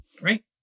right